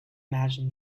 imagine